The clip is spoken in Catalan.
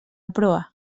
proa